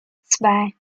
zwei